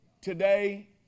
Today